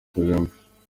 kagame